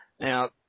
Now